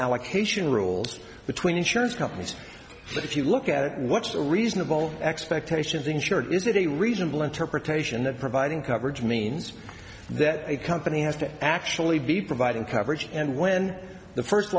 allocation rules between insurance companies but if you look at what's the reasonable expectation of the insured is that a reasonable interpretation of providing coverage means that a company has to actually be providing coverage and when the first